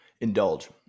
indulge